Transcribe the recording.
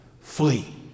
flee